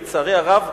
לצערי הרב,